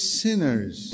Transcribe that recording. sinners